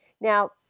Now